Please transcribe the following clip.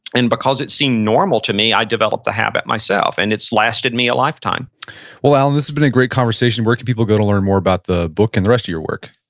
and because it seemed normal to me, i developed a habit myself and it's lasted me a lifetime well, alan, this has been a great conversation. where can people go to learn more about the book and the rest of your work?